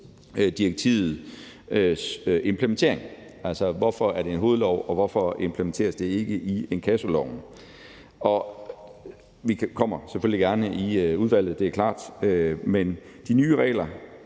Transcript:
direktivets implementering, altså hvorfor er det en hovedlov, og hvorfor implementeres det ikke i inkassoloven? Vi kommer selvfølgelig gerne i udvalget, det er klart, men de nye regler